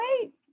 wait